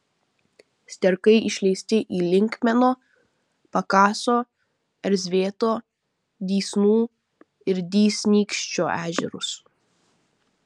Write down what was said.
sterkai išleisti į linkmeno pakaso erzvėto dysnų ir dysnykščio ežerus